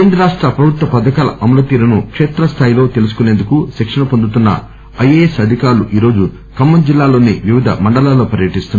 కేంద్ర రాష్ట ప్రభుత్వ పథకాల అమలు తీరును శేత్ర స్దాయిలో తెలుసుకుసేందుకు శిక్షణ పొందుతున్న ఐఏఎస్ అధికారులు ఈరోజు ఖమ్మం జిల్లాలోని వివిధ మండలాల్లో పర్యటిస్తున్నారు